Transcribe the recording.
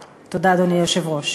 תודה, אדוני היושב-ראש.